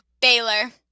Baylor